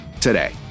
today